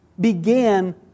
began